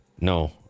No